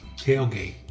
tailgate